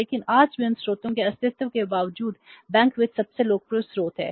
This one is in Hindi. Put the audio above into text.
लेकिन आज भी उन स्रोतों के अस्तित्व के बावजूद बैंक वित्त सबसे लोकप्रिय स्रोत है